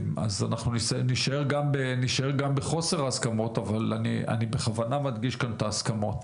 אז אנחנו נישאר גם בחוסר הסכמות אבל אני בכוונה מדגיש כאן את ההסכמות,